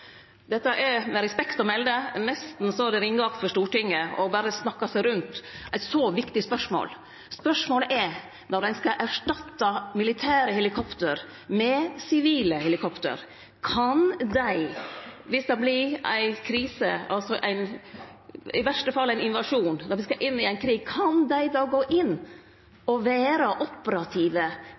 er med respekt å melde nesten ringeakt for Stortinget berre å snakke seg rundt eit så viktig spørsmål. Spørsmålet er: Når ein skal erstatte militære helikopter med sivile helikopter, kan dei då – viss det vert ei krise, i verste fall ein invasjon – når me skal inn i ein krig, gå inn og vere operative